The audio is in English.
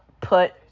put